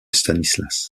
stanislas